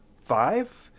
five